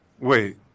Wait